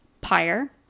Pyre